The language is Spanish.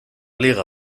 liga